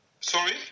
Sorry